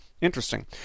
Interesting